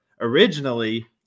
Originally